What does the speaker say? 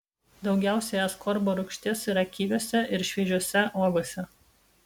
daugiausiai askorbo rūgšties yra kiviuose ir šviežiose uogose